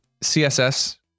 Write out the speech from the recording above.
CSS